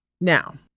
Now